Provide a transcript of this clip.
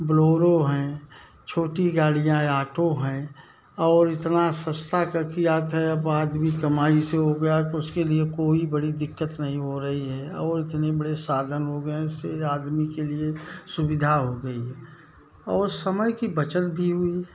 है छोटी गाड़ियाँ ऑटो हैं और इतना सस्तए का कियात है अब आदमी कमाई से हो गया तो उसको लिए कोई बड़ी दिक्कत नहीं हो रही है और इतने बड़े साधन हो गए हैं इससे आदमी के लिए सुविधा हो गई और समय की बचत भी हुई